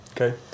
Okay